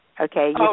Okay